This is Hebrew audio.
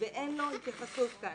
ואין לו התייחסות כאן.